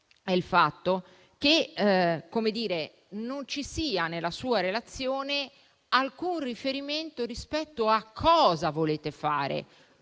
è il fatto che non ci sia, nella sua relazione, alcun riferimento rispetto a cosa volete fare,